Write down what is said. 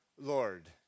Lord